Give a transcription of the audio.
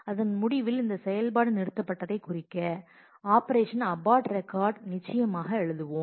அதன் முடிவில் இந்த செயல்பாடு நிறுத்தப்பட்டதைக் குறிக்க ஆபரேஷன் அபார்ட் ரெக்கார்டு நிச்சயமாக எழுதுவோம்